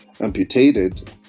amputated